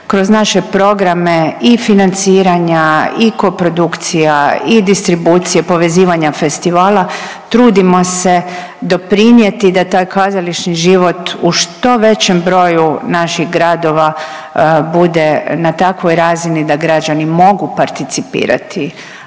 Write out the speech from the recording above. Kroz naše programe i financiranja i koprodukcija i distribucije povezivanja festivala trudimo se doprinijeti da taj kazališni život u što većem broju naših gradova bude na takvoj razini da građani mogu participirati